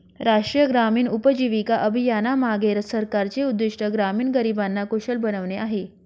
राष्ट्रीय ग्रामीण उपजीविका अभियानामागे सरकारचे उद्दिष्ट ग्रामीण गरिबांना कुशल बनवणे आहे